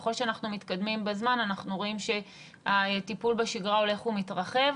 ככל שאנחנו מתקדמים בזמן אנחנו רואים שהטיפול בשגרה הולך ומתרחב.